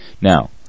Now